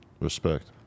Respect